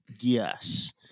Yes